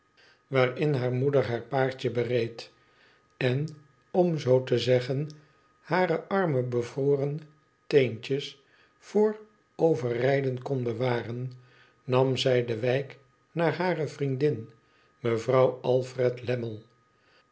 waarin hare moeder haar paardje bereed en om zoo te zeggen hare arme bevroren teentjes voor overrijden kon bewaren nam zij de wijk naar hare vriendin mevrouw alfred